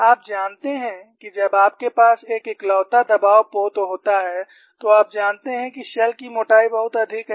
आप जानते हैं कि जब आपके पास एक इकलौता दबाव पोत होता है तो आप जानते हैं कि शेल की मोटाई बहुत अधिक है